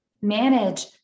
manage